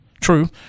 true